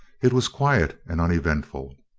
it was quiet and uneventful.